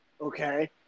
okay